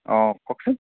অঁ কওকচোন